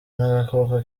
n’agakoko